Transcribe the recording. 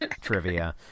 trivia